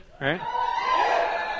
right